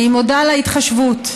אני מודה על ההתחשבות.